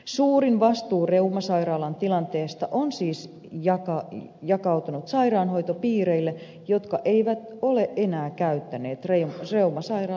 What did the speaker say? suurin vastuu reumasairaalan tilanteesta on siis jakautunut sairaanhoitopiireille jotka eivät ole enää käyttäneet reumasairaalan palveluita